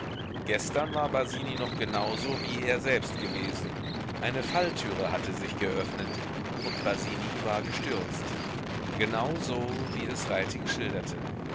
gestern war basini noch genau so wie er selbst gewesen eine falltüre hatte sich geöffnet und basini war gestürzt genau so wie es reiting schilderte